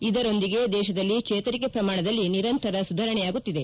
ಇದರೊಂದಿಗೆ ದೇಶದಲ್ಲಿ ಚೇತರಿಕೆ ಪ್ರಮಾಣದಲ್ಲಿ ನಿರಂತರ ಸುಧಾರಣೆಯಾಗುತ್ತಿದೆ